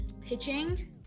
pitching